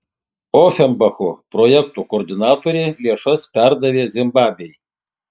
ofenbacho projekto koordinatorė lėšas perdavė zimbabvei